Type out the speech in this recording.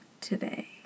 today